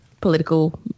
political